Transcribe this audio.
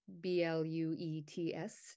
b-l-u-e-t-s